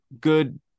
good